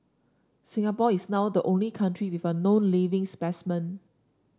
Singapore is now the only country with a known living specimen